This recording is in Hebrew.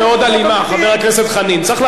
אי-אפשר לגרש אותם.